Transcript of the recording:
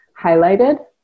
highlighted